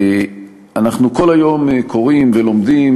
אנחנו כל היום קוראים ולומדים,